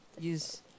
use